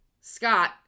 Scott